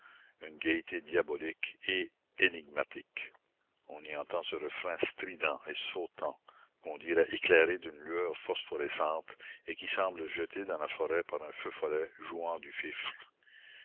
une gaîté diabolique et énigmatique on y entend ce refrain strident et sautant qu'on dirait éclairé d'une lueur phosphorescente et qui semble jeté dans la forêt par un feu follet jouant du fifre